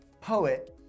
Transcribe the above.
poet